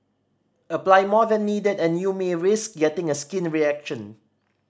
apply more than needed and you may risk getting a skin reaction